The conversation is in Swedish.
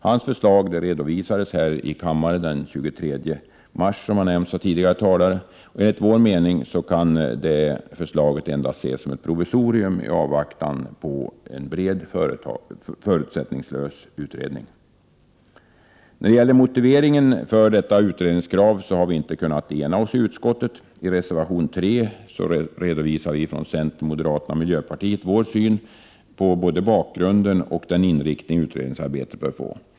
Hans förslag, som redovisades redan den 23 mars, kan endast ses som ett provisorium i avvaktan på en bred förutsättningslös utredning. Beträffande motiveringen för detta utredningskrav har vi inte kunnat ena oss i utskottet. I reservation 3 redovisar vi från centern, moderaterna och miljöpartiet vår syn på den inriktning utredningsarbetet bör få.